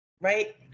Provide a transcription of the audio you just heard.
Right